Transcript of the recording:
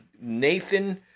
Nathan